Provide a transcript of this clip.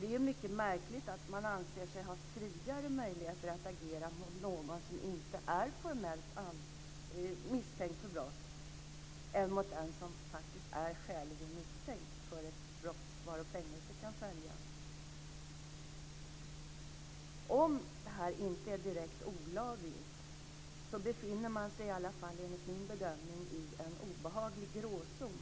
Det är mycket märkligt att man anser sig ha friare möjligheter att agera mot någon som inte är formellt misstänkt för brott än mot den som faktiskt är skäligen misstänkt för ett brott varav fängelse kan följa. Om det här inte är direkt olagligt befinner man sig i alla fall enligt min bedömning i en obehaglig gråzon.